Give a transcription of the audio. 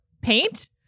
paint